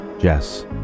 Jess